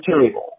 table